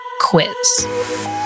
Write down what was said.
quiz